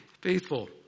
faithful